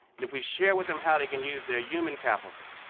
if we share with them how they can use their human capital